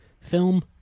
film